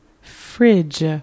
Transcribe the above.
fridge